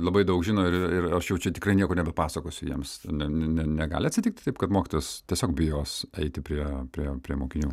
labai daug žino ir ir aš jau čia tikrai nieko nebepasakosiu jiems ne ne ne negali atsitikti taip kad mokytojas tiesiog bijos eiti prie prie prie mokinių